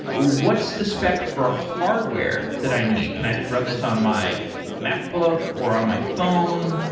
what's the spec for hardware that i need? can i just run this on my macbook or on my phone?